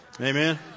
amen